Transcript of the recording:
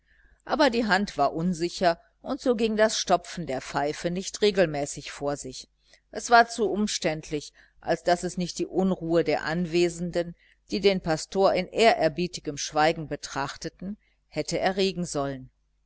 aber die hand war unsicher und so ging das stopfen der pfeife nicht regelmäßig vor sich es war zu umständlich als daß es nicht die unruhe der anwesenden die den pastor in ehrerbietigem schweigen betrachteten hätte erregen sollen